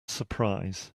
surprise